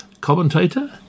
commentator